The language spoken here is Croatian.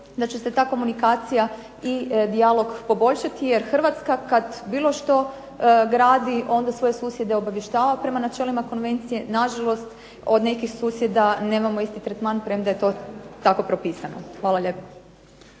da će se ta komunikacija i dijalog poboljšati jer Hrvatska kad bilo što gradi onda svoje susjede obavještava prema načelima konvencije. Nažalost, o d nekih susjeda nemamo isti tretman premda je to tako propisano. Hvala lijepo.